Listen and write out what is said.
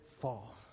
fall